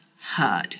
heard